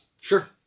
Sure